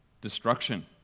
destruction